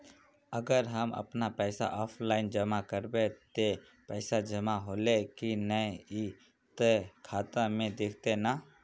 अगर हम अपन पैसा ऑफलाइन जमा करबे ते पैसा जमा होले की नय इ ते खाता में दिखते ने?